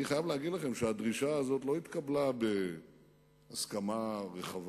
אני חייב להגיד לכם שהדרישה הזאת לא התקבלה בהסכמה רחבה.